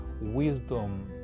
wisdom